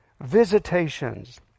visitations